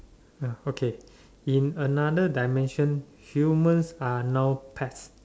ya okay in another dimension humans are now pets